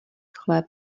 chléb